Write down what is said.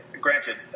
Granted